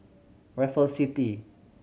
Raffles City